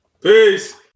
Peace